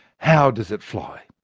how does it fly?